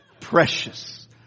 Precious